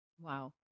Wow